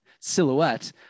silhouette